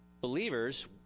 believers